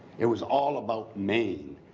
it was all about maine.